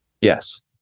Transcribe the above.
Yes